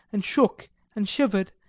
and shock and shivered,